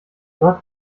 dort